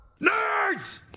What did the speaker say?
Nerds